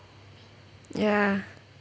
ya